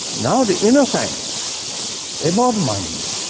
now the inner science about mind,